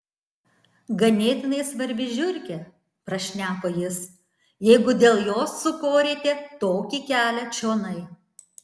ganėtinai svarbi žiurkė prašneko jis jeigu dėl jos sukorėte tokį kelią čionai